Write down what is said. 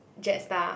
JetStar